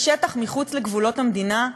בשטח מחוץ לגבולות המדינה?